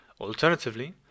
Alternatively